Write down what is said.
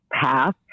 path